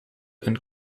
een